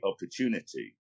opportunity